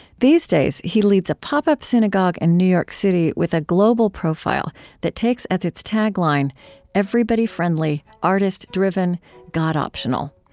these days, he leads a pop-up synagogue in new york city with a global profile that takes as its tagline everybody-friendly, artist-driven, god-optional.